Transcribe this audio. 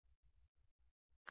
అవును